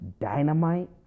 Dynamite